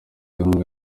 inkunga